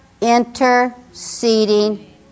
interceding